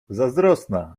zazdrosna